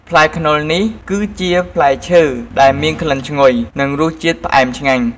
ផ្លែខ្នុរនេះ គឺជាផ្លែឈើដែលមានក្លិនឈ្ងុយ និងរសជាតិផ្អែមឆ្ងាញ់។